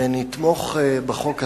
ואני אתמוך בחוק הזה,